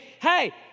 Hey